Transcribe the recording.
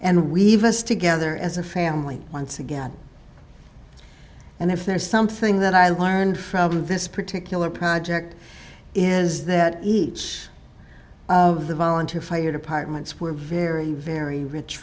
and weave us together as a family once again and if there is something that i learned from this particular project is that each of the volunteer fire departments were very very rich